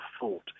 thought –